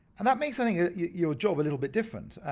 and that makes, i think, your job a little bit different.